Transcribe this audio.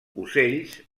ocells